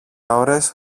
ώρες